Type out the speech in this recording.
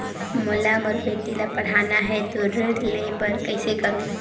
मोला मोर बेटी ला पढ़ाना है तो ऋण ले बर कइसे करो